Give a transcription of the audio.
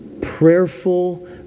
prayerful